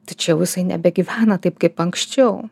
tačiau jisai nebegyvena taip kaip anksčiau